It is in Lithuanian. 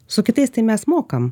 su kitais tai mes mokam